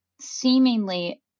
seemingly